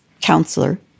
counselor